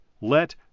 Let